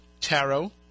tarot